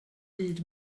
byd